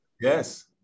Yes